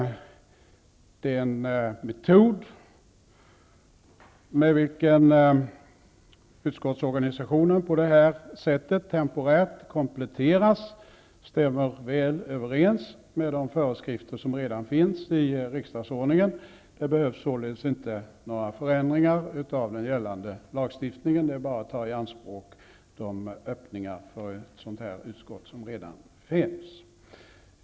Den metod med vilken utskottsorganisationen temporärt kompletteras stämmer väl överens med de föreskrifter som redan finns i riksdagsordningen. Det behövs således inte några förändringar av den gällande lagstiftningen. Det är bara att ta i anspråk de öppningar för ett sådant utskott som redan finns.